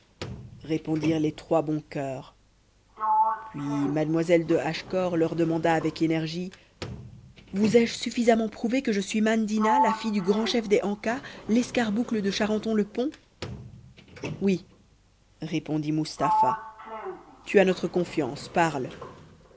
répondirent les trois bons coeurs puis mademoiselle de hachecor leur demanda avec énergie vous ai-je suffisamment prouvé que je suis mandina la fille du grand chef des ancas l'escarboucle de charenton le pont oui répondit mustapha tu as notre confiance parle